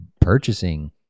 purchasing